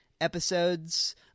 episodes